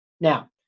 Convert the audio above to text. Now